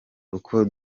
uko